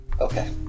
Okay